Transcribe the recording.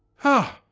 ha!